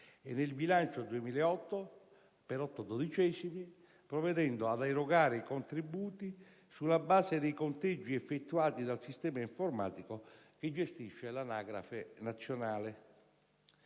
e nel bilancio 2008 (per otto dodicesimi) provvedendo ad erogare i contributi sulla base dei conteggi effettuati dal sistema informatico che gestisce l'anagrafe nazionale.